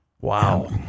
Wow